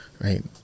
right